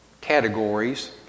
categories